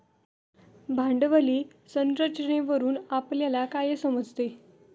भांडवली संरचनेवरून आपल्याला काय समजते?